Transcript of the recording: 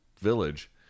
village